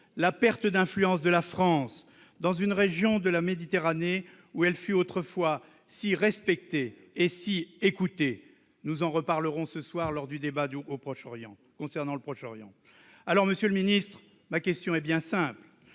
la perte d'influence de la France, dans une région de la Méditerranée où elle fut autrefois si respectée et écoutée, nous en reparlerons ce soir lors du débat sur le Proche-Orient. Monsieur le ministre, ma question est simple